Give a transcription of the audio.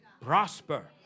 prosper